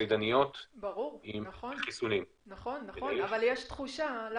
ציינת נכון, אנחנו רוכשים חיסונים עוד לפני